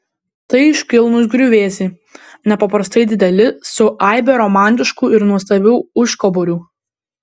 tai iškilnūs griuvėsiai nepaprastai dideli su aibe romantiškų ir nuostabių užkaborių